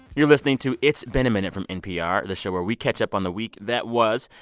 you're listening to it's been a minute from npr, the show where we catch up on the week that was.